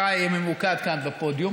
שמבטך יהיה ממוקד כאן בפודיום.